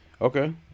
Okay